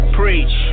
preach